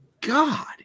God